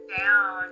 down